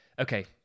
Okay